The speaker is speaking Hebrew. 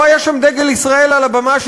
לא היה שם דגל ישראל על הבמה,